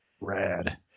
Rad